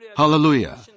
Hallelujah